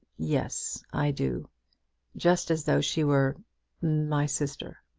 yes i do just as though she were my sister.